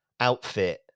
outfit